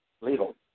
Legal